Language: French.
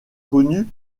connu